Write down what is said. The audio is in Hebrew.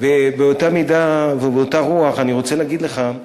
באותה מידה ובאותה רוח אני רוצה להגיד לך,